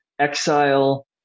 exile